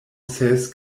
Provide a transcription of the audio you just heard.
ses